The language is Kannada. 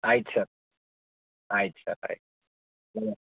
ಆಯ್ತು ಸರ್ ಆಯ್ತು ಸರ್ ಕರೆ ಹ್ಞೂಂ